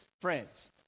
friends